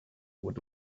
would